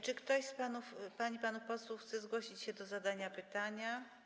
Czy ktoś z pań i panów posłów chce zgłosić się do zadania pytania?